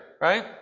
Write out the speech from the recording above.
right